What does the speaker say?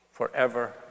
Forever